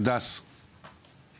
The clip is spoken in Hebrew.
עד שהיא